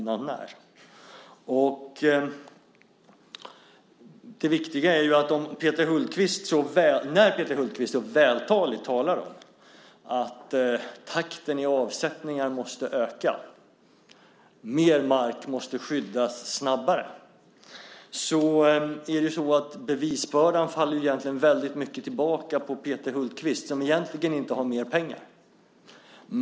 När Peter Hultqvist så vältaligt talar om att takten i avsättningar måste öka och att mer mark måste skyddas snabbare faller bevisbördan tillbaka på Peter Hultqvist som egentligen inte har mer pengar.